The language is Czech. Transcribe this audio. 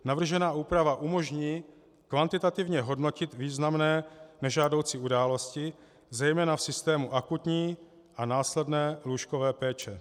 Navržená úprava umožní kvantitativně hodnotit významné nežádoucí události, zejména v systému akutní a následné lůžkové péče.